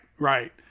Right